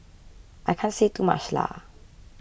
I can't say too much Lah